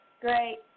Great